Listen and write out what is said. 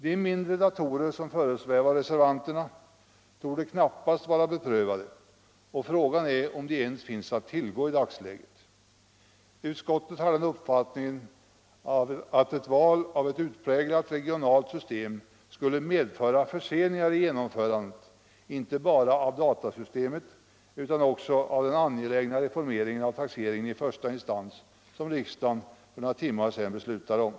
De mindre datorer som föresvävar reservanterna torde knappast vara beprövade, och frågan är om de ens finns att tillgå i dagsläget. Utskottet har den uppfattningen att ett val av ett utpräglat regionalt system skulle medföra förseningar i genomförandet inte bara av datasystemen utan Nr 96 också av den angelägna reformeringen av taxeringen i första instans som Torsdagen den riksdagen för några timmar sedan beslutade om.